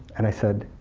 and i said,